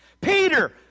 Peter